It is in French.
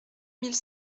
mille